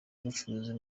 ubucuruzi